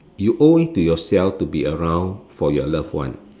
you owe it to yourself to be around for your loved one